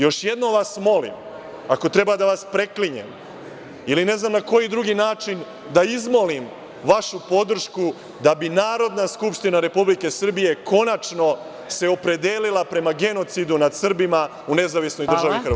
Još jednom vas molim, ako treba da vas preklinjem ili ne znam na koji drugi način da izmolim vašu podršku da bi Narodna skupština Republike Srbije konačno se opredelila prema genocidu nad Srbima u Nezavisnoj državi Hrvatskoj.